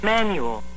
Manual